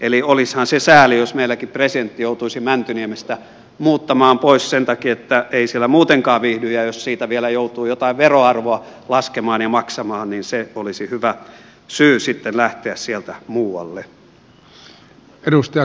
eli olisihan se sääli jos meilläkin presidentti joutuisi mäntyniemestä muuttamaan pois sen takia että ei siellä muutenkaan viihdy ja jos siitä vielä joutuu jotain verotusarvoa laskemaan ja maksamaan niin se olisi hyvä syy sitten lähteä sieltä muualle